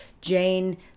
Jane